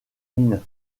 mines